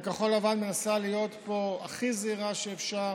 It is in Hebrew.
וכחול לבן מנסה להיות פה הכי זהירה שאפשר.